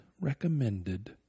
recommended